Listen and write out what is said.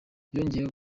yongeyeho